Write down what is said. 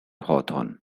hawthorn